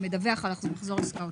"המדווח על מחזור עסקאותיו".